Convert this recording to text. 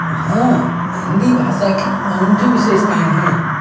हाँ हिंदी भाषा की अनूठी विशेषताएं हैं